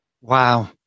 Wow